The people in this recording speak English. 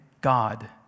God